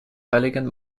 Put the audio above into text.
heiligen